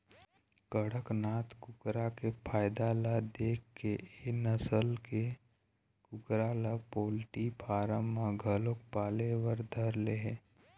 कड़कनाथ कुकरा के फायदा ल देखके ए नसल के कुकरा ल पोल्टी फारम म घलोक पाले बर धर ले हे